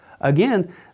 Again